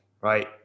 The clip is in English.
Right